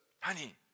Honey